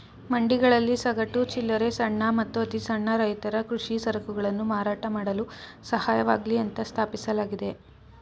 ಮಂಡಿಗಳಲ್ಲಿ ಸಗಟು, ಚಿಲ್ಲರೆ ಸಣ್ಣ ಮತ್ತು ಅತಿಸಣ್ಣ ರೈತರ ಕೃಷಿ ಸರಕುಗಳನ್ನು ಮಾರಾಟ ಮಾಡಲು ಸಹಾಯವಾಗ್ಲಿ ಅಂತ ಸ್ಥಾಪಿಸಲಾಗಿದೆ